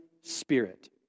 Spirit